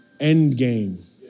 Endgame